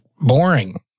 boring